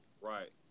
Right